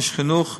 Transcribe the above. איש חינוך,